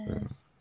Yes